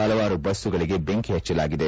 ಪಲವಾರು ಬಸ್ಗಳಿಗೆ ಬೆಂಕಿ ಪಚ್ಚಲಾಗಿದೆ